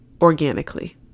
organically